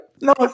No